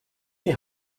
die